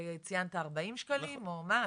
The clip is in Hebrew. ציינת בארבעים שקלים או מה?